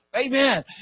Amen